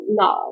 no